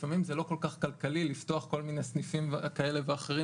לפעמים זה לא כל כך כלכלי לפתוח כל מיני סניפים כאלה ואחרים